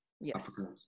Yes